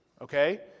okay